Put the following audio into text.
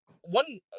one